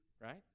Right